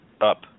up